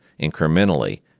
incrementally